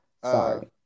Sorry